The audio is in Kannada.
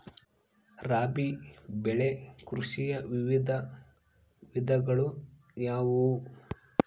ರಾಬಿ ಬೆಳೆ ಕೃಷಿಯ ವಿವಿಧ ವಿಧಗಳು ಯಾವುವು?